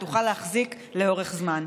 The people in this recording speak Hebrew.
שתוכל להחזיק לאורך זמן.